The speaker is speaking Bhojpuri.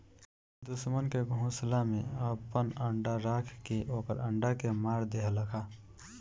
दुश्मन के घोसला में आपन अंडा राख के ओकर अंडा के मार देहलखा